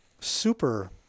super